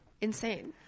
Insane